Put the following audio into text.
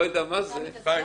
אגב,